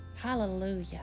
hallelujah